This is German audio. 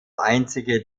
einzige